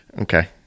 Okay